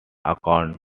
account